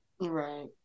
right